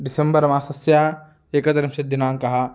December मासस्य एकत्रिंशत् दिनाङ्कः